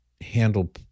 handle